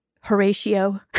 Horatio